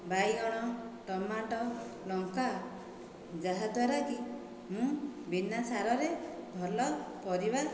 ବାଇଗଣ ଟମାଟୋ ଲଙ୍କା ଯାହାଦ୍ଵାରାକି ମୁଁ ବିନା ସାରରେ ଭଲ ପରିବା